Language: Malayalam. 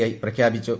ഐ പ്രഖ്യാപ്പിച്ചു